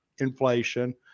inflation